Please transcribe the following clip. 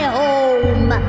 home